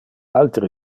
altere